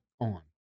on